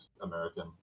american